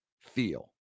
feel